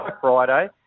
Friday